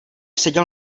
seděl